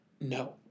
No